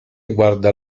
guarda